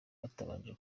batabanje